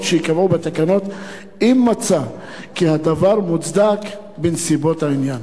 שייקבעו בתקנות אם מצא כי הדבר מוצדק בנסיבות העניין.